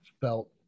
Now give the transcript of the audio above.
felt